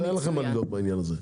ואין לכם מה לדאוג בעניין הזה.